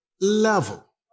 level